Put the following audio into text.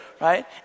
right